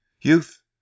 Youth